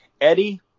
Eddie